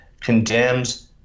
condemns